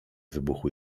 wybuchu